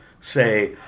say